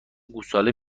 گوساله